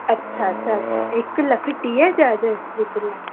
अच्छा अच्छा हिकु लख टीह हज़ार जे विच में